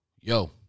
Yo